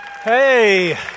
Hey